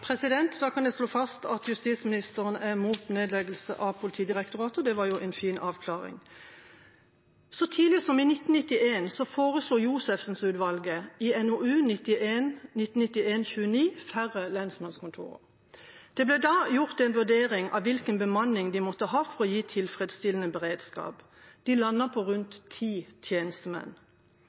Da kan jeg slå fast at justisministeren er imot nedleggelse av Politidirektoratet – det var jo en fin avklaring. Så tidlig som i 1991 foreslo Josefsen-utvalget i NOU 1991:29 færre lensmannskontorer. Det ble da gjort en vurdering av hvilken bemanning de måtte ha for å gi tilfredsstillende beredskap. De landet på rundt ti tjenestemenn.